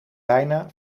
bijna